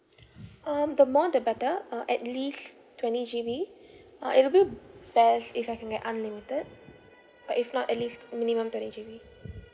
um the more the better uh at least twenty G_B uh it will be best if I can have unlimited but if not at least minimum twenty G_B